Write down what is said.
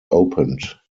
opened